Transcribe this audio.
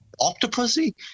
octopussy